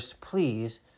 please